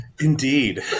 Indeed